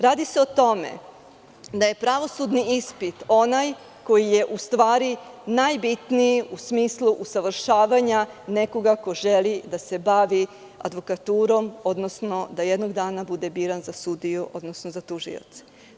Radi se o tome da je pravosudni ispit onaj koji je u stvari najbitniji u smislu usavršavanja nekoga ko želi da se bavi advokaturom, odnosno da jednog dana bude biran za sudiju, odnosno za tužioca.